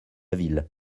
ville